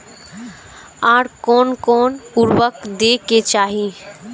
आर कोन कोन उर्वरक दै के चाही?